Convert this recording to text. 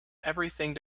everything